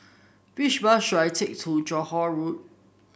which bus should I take to Johore Road